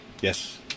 Yes